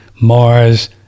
Mars